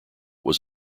was